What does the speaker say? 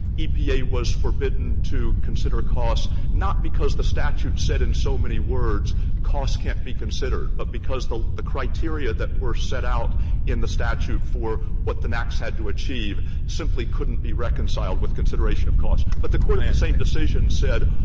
epa was forbidden to consider cost, not because the statute said in so many words cost can't be considered, but because the the criteria that were set out in the statute for what the naaqs had to achieve simply couldn't be reconciled with consideration of costs. but the court in the and same decision said,